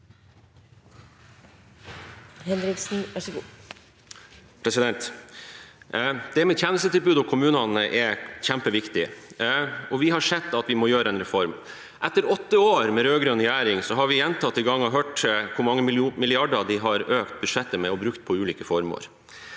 Det med tjenestetil- bud og kommunene er kjempeviktig, og vi har sett at vi må gjøre en reform. Etter åtte år med rød-grønn regjering har vi gjentatte ganger hørt hvor mange milliarder de har økt budsjettet med og brukt på ulike formål.